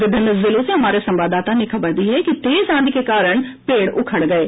विभिन्न जिलों से हमारे संवाददाताओं ने खबर दी है कि तेज आंधी के कारण पेड उखड गये